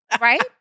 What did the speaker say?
Right